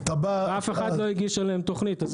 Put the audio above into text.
ואף אחד לא הגיש עליהן תכנית.